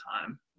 time